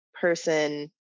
person